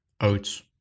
oats